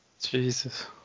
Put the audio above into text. Jesus